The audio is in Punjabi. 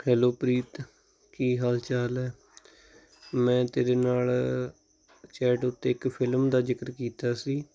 ਹੈਲੋ ਪ੍ਰੀਤ ਕੀ ਹਾਲ ਚਾਲ ਹੈ ਮੈਂ ਤੇਰੇ ਨਾਲ ਚੈਟ ਉੱਤੇ ਇੱਕ ਫ਼ਿਲਮ ਦਾ ਜ਼ਿਕਰ ਕੀਤਾ ਸੀ